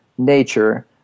Nature